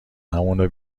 همونو